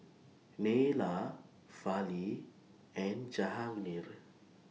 Neila Fali and Jahangir